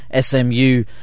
SMU